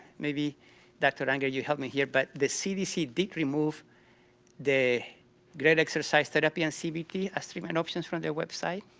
maybe dr. unger you help me here, but the cdc did remove the greater exercise therapy and cbt sort of and um so from their website,